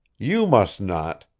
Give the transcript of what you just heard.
you must not.